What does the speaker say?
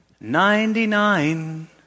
ninety-nine